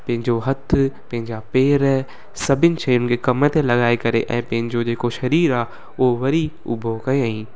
पंहिंजो हथ पंहिंजा पैर सभिनी शयुनि खे कम ते लॻाए करे ऐं पंहिजो जेको शरीर आहे उहो वरी उभो कयईं